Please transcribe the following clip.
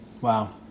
Wow